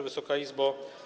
Wysoka Izbo!